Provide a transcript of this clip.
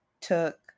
took